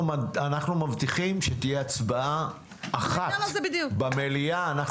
אנחנו מצביעים שתהיה הצבעה אחת במליאה.